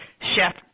chef